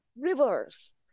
rivers